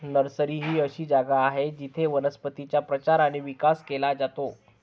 nursery ही अशी जागा आहे जिथे वनस्पतींचा प्रचार आणि विकास केला जातो